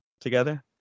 together